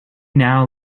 now